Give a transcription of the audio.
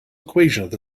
equation